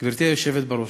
גברתי היושבת בראש,